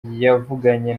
yavuganye